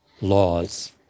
laws